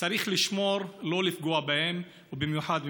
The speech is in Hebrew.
שצריך לשמור שלא לפגוע בהם, ובמיוחד במתכוון: